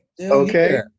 Okay